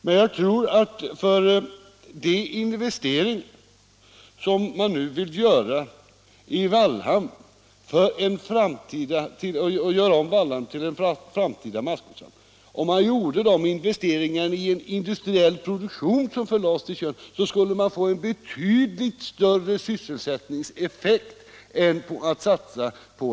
Om man i stället för de investeringar som man nu vill göra i Wallhamn för att göra om anläggningen till en framtida massgodshamn skulle göra en motsvarande satsning på en industriell produktion på Tjörn, skulle man antagligen få en betydligt större sysselsättningseffekt.